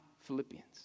Philippians